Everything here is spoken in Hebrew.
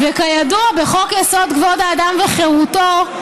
וכידוע, בחוק-יסוד: כבוד האדם וחירותו,